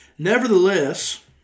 nevertheless